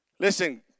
Listen